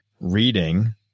reading